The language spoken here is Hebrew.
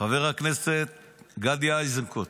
חבר הכנסת גדי איזנקוט,